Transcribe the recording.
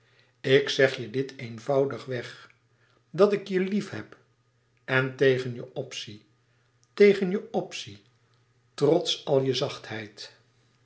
ik zeg je dit eenvoudigweg dat ik je liefheb en tegen je opzie tegen je opzie trots al je zachtheid